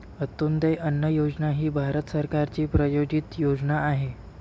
अंत्योदय अन्न योजना ही भारत सरकारची प्रायोजित योजना आहे